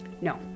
no